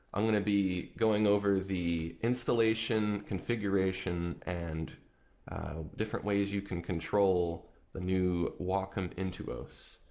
i'm gonna be going over the installation, configuration and different ways you can control the new wacom intuos